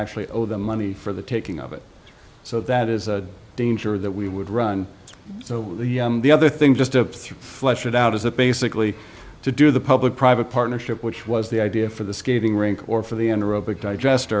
actually owed the money for the taking of it so that is a danger that we would run so the other thing just up through flush it out is that basically to do the public private partnership which was the idea for the skating rink or for the in the robot digest